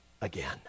again